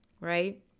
right